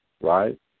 right